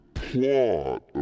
plot